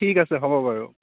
ঠিক আছে হ'ব বাৰু